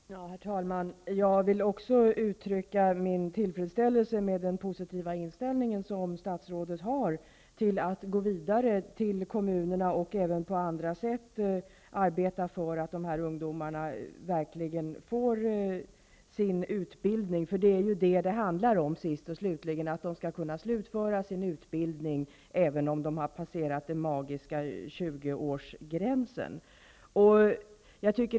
Herr talman! Jag vill också uttrycka min tillfredsställelse med den positiva inställning som statsrådet har till att gå vidare till kommunerna och även på andra sätt arbeta för att dessa ungdomar verkligen får sin utbildning. Det är ju vad det handlar om sist och slutligen, att de skall kunna slutföra sin utbildning även om de har passerat den magiska 20-årsgränsen.